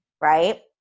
right